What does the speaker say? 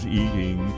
eating